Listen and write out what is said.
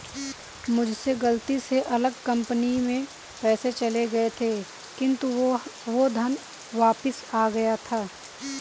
मुझसे गलती से अलग कंपनी में पैसे चले गए थे किन्तु वो धन वापिस आ गया था